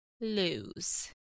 lose